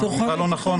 האמירה "לא נכון",